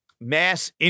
mass